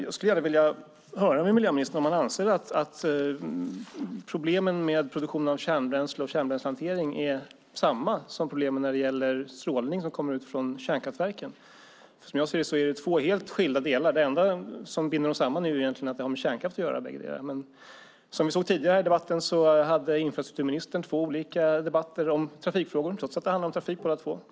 Jag skulle gärna vilja höra om miljöministern anser att problemen med produktionen av kärnbränsle och kärnbränslehantering är desamma som problemen med strålning från kärnkraftverken. Som jag ser det är det två helt skilda delar. Det enda som binder dem samman är att bägge har med kärnkraft att göra. Som vi hörde tidigare hade infrastrukturministern två olika debatter om trafikfrågor, trots att båda två handlade om trafik.